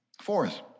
Fourth